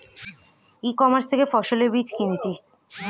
ই commerce থেকে ফসলের বীজ কিনেছি সেটা ভালো না কি করে ফেরত দেব?